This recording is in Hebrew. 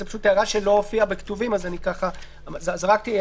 זו פשוט הערה שלא הופיעה בכתובים אז אמרתי אותה.